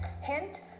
Hint